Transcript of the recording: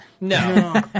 No